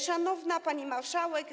Szanowna Pani Marszałek!